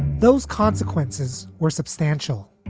those consequences were substantial.